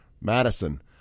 Madison